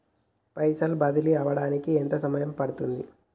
పైసలు బదిలీ అవడానికి ఎంత సమయం పడుతది?